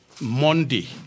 Monday